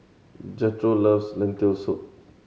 Jethro loves Lentil Soup